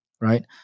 right